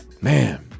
man